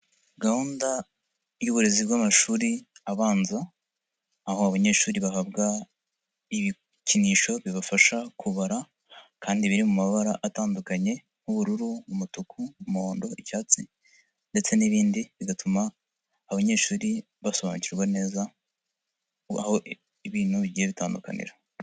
Gahunda y'uburezi bw'amashuri abanza, aho abanyeshuri bahabwa ibikinisho bibafasha kubara kandi biri mu mabara atandukanye nk'ubururu, umutuku, umuhondo, icyatsi ndetse n'ibindi bigatuma abanyeshuri basobanukirwa neza aho ibintu bigiye bitandukanira.